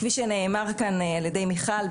כפי שנאמר כאן על-ידי מיכל,